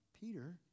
Peter